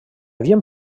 havien